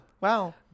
wow